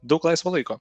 daug laisvo laiko